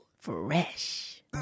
Fresh